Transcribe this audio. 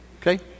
Okay